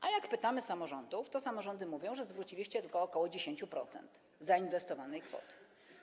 A jak pytamy samorządów, to samorządy mówią, że zwróciliście tylko ok. 10% zainwestowanych kwot.